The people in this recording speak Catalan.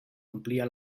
omplia